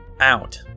out